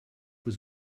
was